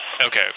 Okay